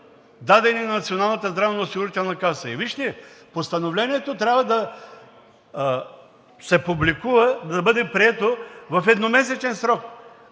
дадени на Националната здравноосигурителна каса. И вижте, постановлението трябва да се публикува, да бъде прието в едномесечен срок.